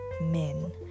men